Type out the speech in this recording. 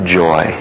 joy